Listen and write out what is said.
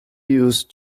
used